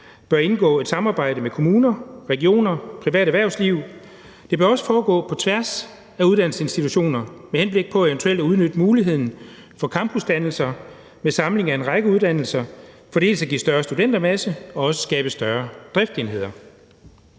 bør de indgå et samarbejde med kommuner, regioner og det private erhvervsliv. Det bør også foregå på tværs af uddannelsesinstitutioner med henblik på eventuelt at udnytte muligheden for campusdannelser med en samling af en række uddannelser. Det er dels for at give en større studentermasse, dels for at skabe større driftsenheder.